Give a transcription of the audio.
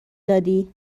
دادی